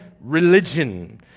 religion